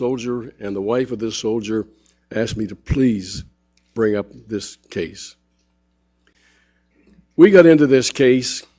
soldier and the wife of the soldier asked me to please bring up this case we got into this case